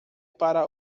para